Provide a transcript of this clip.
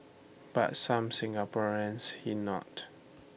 but some Singaporeans he note